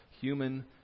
human